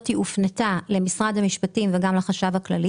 הופנתה למשרד המשפטים וגם לחשב הכללי.